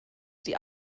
die